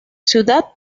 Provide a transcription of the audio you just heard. ciudad